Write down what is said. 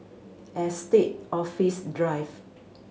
Estate Office Drive